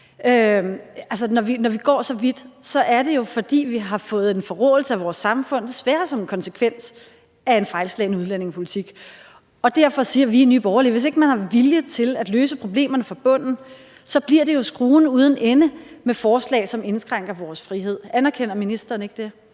Når vi går så vidt, er det jo, fordi vi har fået en forråelse af vores samfund, desværre som en konsekvens af en fejlslagen udlændingepolitik, og derfor siger vi i Nye Borgerlige, at hvis ikke man har viljen til at løse problemerne fra bunden, så bliver det jo skruen uden ende med forslag, som indskrænker vores frihed. Anerkender ministeren ikke det?